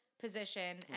position